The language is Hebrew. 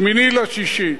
8 ביוני,